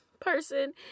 person